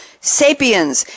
Sapiens